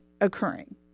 occurring